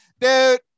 dude